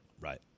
Right